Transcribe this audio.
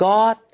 God